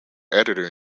editor